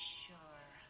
sure